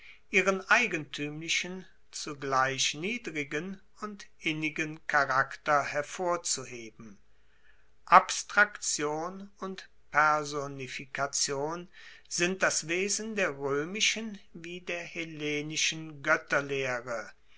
ihren eigentuemlichen zugleich niedrigen und innigen charakter hervorzuheben abstraktion und personifikation sind das wesen der roemischen wie der